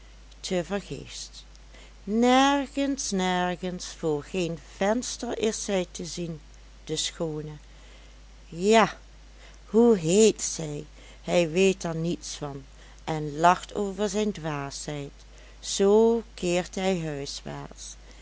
te vergeefs nergens nergens voor geen venster is zij te zien de schoone ja hoe heet zij hij weet er niets van en lacht over zijn dwaasheid zoo keert hij huiswaarts